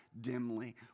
dimly